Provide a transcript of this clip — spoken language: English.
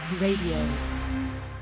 Radio